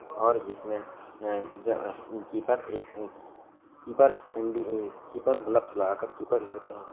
اور جس میں کیپر ایک کیپر کیپر گلفس لگا کر کیپر رکھتے ہیں